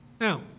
Now